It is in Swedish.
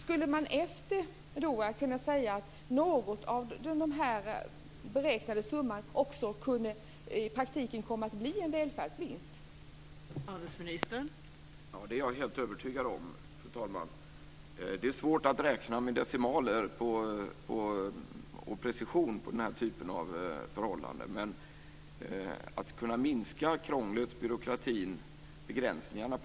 Kan man, efter mötet i Doha, säga att det i praktiken kan komma att bli en välfärdsvinst som motsvarar något av den summan?